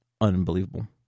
unbelievable